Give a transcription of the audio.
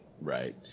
right